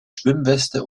schwimmweste